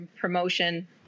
promotion